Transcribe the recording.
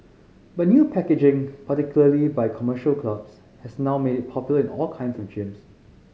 but new packaging particularly by commercial clubs has now made it popular in all kinds of gyms